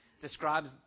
describes